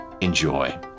Enjoy